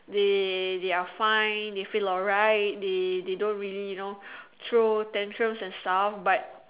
they they're fine they feel alright they they don't really you know throw tantrums and stuff but